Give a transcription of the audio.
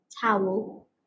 Towel